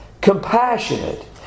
Compassionate